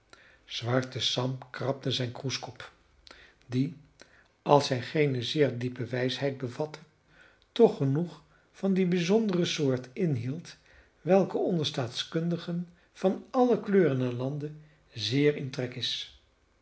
zwarte sam krabde zijn kroeskop die als hij geene zeer diepe wijsheid bevatte toch genoeg van die bijzondere soort inhield welke onder staatkundigen van alle kleuren en landen zeer in trek is